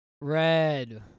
Red